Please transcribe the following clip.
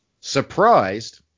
surprised